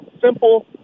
Simple